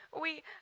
We-